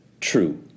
True